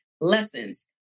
lessons